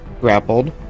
grappled